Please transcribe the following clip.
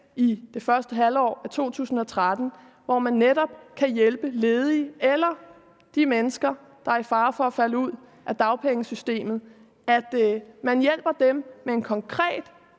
i det første halvår af 2013, hvor man netop kan hjælpe de ledige eller de mennesker, der er i fare for at falde ud af dagpengesystemet, med et konkret